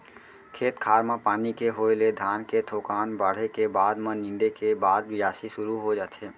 खेत खार म पानी के होय ले धान के थोकन बाढ़े के बाद म नींदे के बाद बियासी सुरू हो जाथे